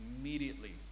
immediately